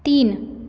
तीन